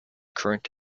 current